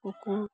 কুকুৰা